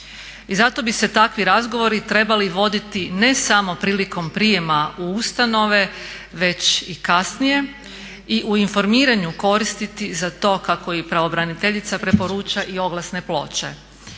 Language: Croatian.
I zato bi se takvi razgovori trebali voditi ne samo prilikom prijema u ustanove već i kasnije. I u informiranju koristiti za to, kako i pravobraniteljica preporuča, i oglasne ploče.